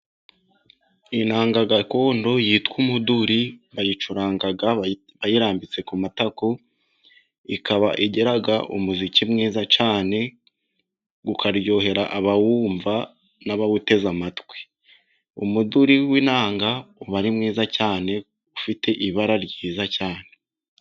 Inanga gakondo yitwa umuduri, bayicuranga bayirambitse ku matako. Ikaba igira umuziki mwiza cyane, ukaryohera abawumva n'abawuteze amatwi. Umuduri w’inanga uba ari mwiza cyane, ufite ibara ryiza cyane.